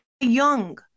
young